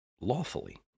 lawfully